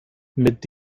mit